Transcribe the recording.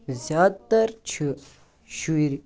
زیادٕ تر چھِ شُرۍ